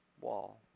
wall